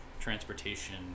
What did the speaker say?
transportation